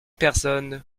personne